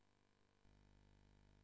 אני מבקש, גם אחמד, חבר